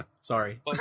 Sorry